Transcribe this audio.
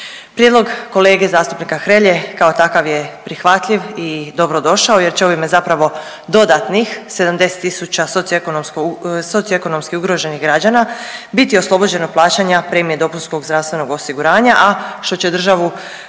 Prijedlog kolege zastupnika Hrelje kao takav je prihvatljiv i dobro došao jer će ovime zapravo dodatnih 70000 socioekonomski ugroženih građana biti oslobođeno plaćanja premije dopunskog zdravstvenog osiguranja a što će državu